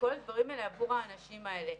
לכל הדברים עבור האנשים האלה.